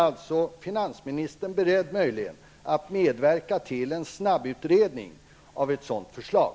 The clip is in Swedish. Är finansministern möjligen beredd att medverka till en snabbutredning av ett sådant förslag?